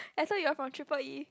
I thought you're from triple E